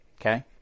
Okay